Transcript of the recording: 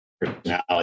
personality